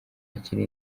hakiri